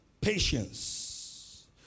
Patience